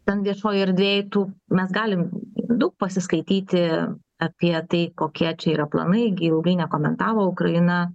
ten viešoj erdvėj tų mes galim daug pasiskaityti apie tai kokie čia yra planai gi ilgai nekomentavo ukraina